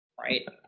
Right